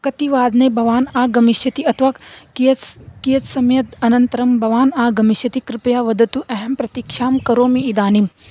कतिवादने भवान् आगमिष्यति अथवा कियद् कियद् समयाद् अनन्तरं भवान् आगमिष्यति कृपया वदतु अहं प्रतीक्षां करोमि इदानीम्